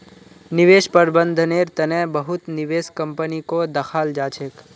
निवेश प्रबन्धनेर तने बहुत निवेश कम्पनीको दखाल जा छेक